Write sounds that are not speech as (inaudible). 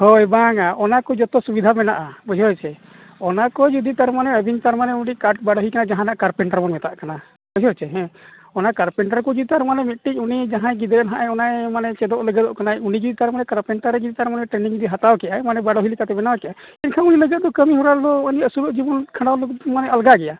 ᱦᱳᱭ ᱵᱟᱝᱼᱟ ᱚᱱᱟ ᱠᱚ ᱡᱚᱛᱚ ᱥᱩᱵᱤᱫᱷᱟ ᱢᱮᱱᱟᱜᱼᱟ ᱵᱩᱡᱷᱟᱹᱣ ᱪᱮ ᱚᱱᱟ ᱠᱚ ᱡᱩᱫᱤ ᱛᱟᱨᱢᱟᱱᱮ ᱟᱹᱵᱤᱱ ᱛᱟᱨ ᱢᱟᱱᱮ ᱢᱤᱫᱴᱮᱡ ᱠᱟᱴᱷ ᱵᱟᱰᱳᱦᱤ ᱠᱟᱱᱟᱭ ᱡᱟᱦᱟᱱᱟᱜ ᱠᱟᱴᱷ ᱯᱨᱤᱱᱴᱟᱨ ᱵᱚᱱ ᱢᱮᱛᱟᱫ ᱠᱟᱱᱟ ᱵᱩᱡᱷᱟᱹᱣ ᱪᱮ ᱦᱮᱸ ᱚᱱᱟ ᱠᱟᱨᱰ ᱯᱤᱱᱴᱟᱨ ᱠᱚ ᱡᱩᱛᱟ ᱢᱟᱱᱮ ᱢᱤᱫᱴᱤᱡ ᱩᱱᱤ ᱡᱟᱦᱟᱸᱭ ᱜᱤᱫᱽᱨᱟᱹ ᱦᱟᱸᱜ ᱚᱱᱟᱭ ᱪᱮᱫᱚᱜ ᱞᱟᱹᱜᱤᱫᱚᱜ ᱠᱟᱱᱟᱭ ᱩᱱᱤ ᱡᱩᱫᱤ (unintelligible) ᱛᱟᱨᱢᱟᱱᱮ ᱴᱨᱮᱱᱤᱝ ᱨᱮ ᱦᱟᱛᱟᱣ ᱠᱮᱜᱼᱟᱭ ᱢᱟᱱᱮ ᱵᱟᱰᱳᱦᱤ ᱞᱮᱠᱟᱛᱮ ᱵᱮᱱᱟᱣ ᱠᱮᱜᱼᱟᱭ ᱮᱱᱠᱷᱟᱱ ᱩᱱᱤ ᱞᱟᱹᱜᱤᱫ ᱫᱚ ᱟᱹᱥᱩᱞᱚᱜ ᱡᱤᱵᱚᱱ ᱠᱷᱟᱱᱰᱟᱣ ᱞᱟᱹᱜᱤᱫ ᱫᱚ ᱢᱟᱱᱮ ᱟᱞᱜᱟ ᱜᱮᱭᱟ